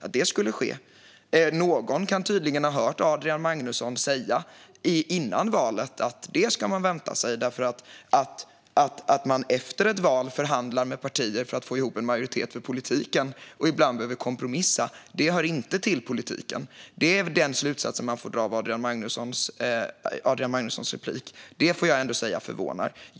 Någon kunde före valet ha hört Adrian Magnusson säga att man skulle vänta sig detta. Att man efter ett val förhandlar med partier för att få ihop en majoritet för politiken och ibland behöver kompromissa hör inte till politiken. Det är den slutsats man får dra av Adrian Magnussons replik. Det förvånar mig.